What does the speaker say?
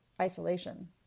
isolation